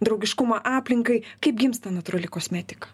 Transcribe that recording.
draugiškumą aplinkai kaip gimsta natūrali kosmetika